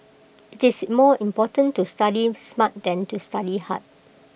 IT is more important to study smart than to study hard